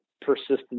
persistence